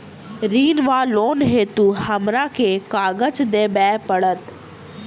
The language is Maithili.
ऋण वा लोन हेतु हमरा केँ कागज देबै पड़त?